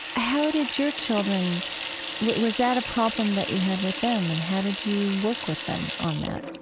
how did your children was that a problem that you had with them, and how did you work with them on that?